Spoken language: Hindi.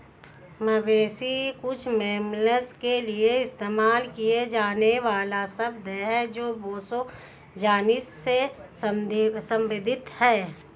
मवेशी कुछ मैमल्स के लिए इस्तेमाल किया जाने वाला शब्द है जो बोसो जीनस से संबंधित हैं